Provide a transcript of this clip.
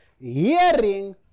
hearing